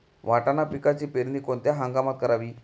वाटाणा पिकाची पेरणी कोणत्या हंगामात करावी?